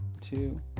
two